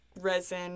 resin